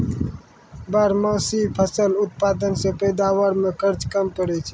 बारहमासी फसल उत्पादन से पैदावार मे खर्च कम पड़ै छै